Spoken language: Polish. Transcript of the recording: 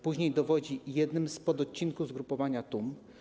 Później dowodził jednym z pododcinków Zgrupowania „Tum”